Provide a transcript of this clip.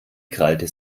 krallte